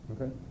Okay